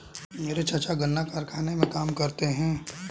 मेरे चाचा गन्ना कारखाने में काम करते हैं